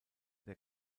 der